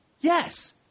yes